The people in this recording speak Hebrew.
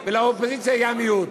ולאופוזיציה היה מיעוט.